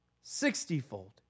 sixtyfold